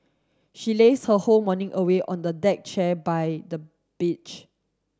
she lazed her whole morning away on the deck chair by the beach